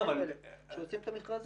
לאלה שעושים את המכרזים.